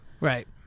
right